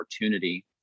opportunity